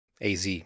AZ